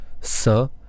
sir